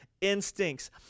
instincts